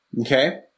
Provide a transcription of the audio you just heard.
Okay